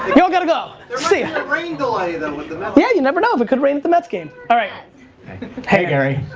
you all got to go. there might a rain delay though yeah you never know it but could rain at the mets game. all right hey gary,